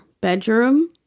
bedroom